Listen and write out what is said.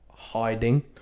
Hiding